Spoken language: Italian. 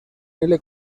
nelle